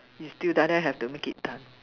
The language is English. you still die die have to make it done